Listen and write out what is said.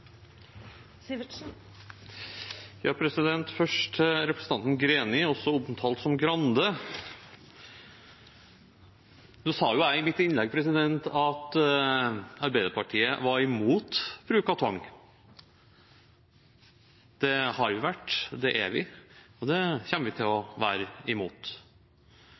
Først til representanten Greni: Jeg sa i mitt innlegg at Arbeiderpartiet var imot bruk av tvang. Det har vi vært imot, det er vi imot, og det kommer vi til å være imot.